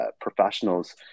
professionals